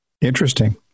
Interesting